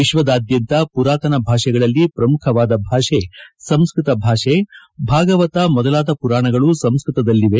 ವಿಶ್ವವಾದ್ಯಂತ ಪುರಾತನ ಭಾಷೆಗಳಲ್ಲಿ ಪ್ರಮುಖವಾದ ಭಾಷೆ ಸಂಸ್ಟತ ಭಾಷೆಭಾಗವತ ಮೊದಲಾದ ಪುರಾಣಗಳು ಸಂಸ್ಕೃತದಲ್ಲಿವೆ